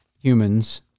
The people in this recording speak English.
humans